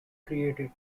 created